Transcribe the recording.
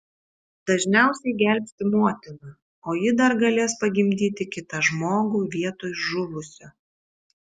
dažniausiai gelbsti motiną o ji dar galės pagimdyti kitą žmogų vietoj žuvusio